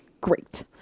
great